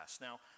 Now